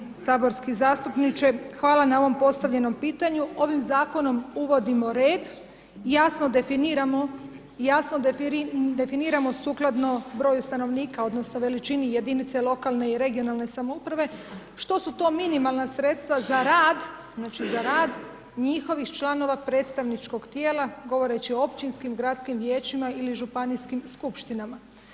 Uvaženi saborski zastupniče, hvala na ovom postavljenom pitanju, ovim zakonom uvodimo red, jasno definiramo i jasno definiramo sukladno broju stanovnika odnosno veličini jedinice lokalne i regionalne samouprave što su to minimalna sredstva za rad, znači za rad njihovih članova predstavničkog tijela govoreći o općinski, gradskim vijećima ili županijskim skupštinama.